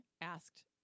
asked